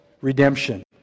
redemption